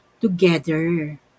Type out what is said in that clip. together